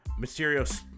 Mysterio